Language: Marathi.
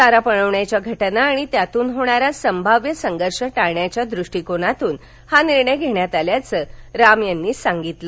चारा पळवण्याच्या घटना आणि त्यातून होणारा संभाव्य संघर्ष टाळण्याच्या दृष्टिकोनातून हा निर्णय घेण्यात आल्याचं राम यांनी सांगितलं